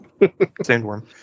Sandworm